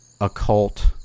occult